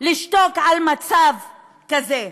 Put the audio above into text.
לשתוק על מצב כזה.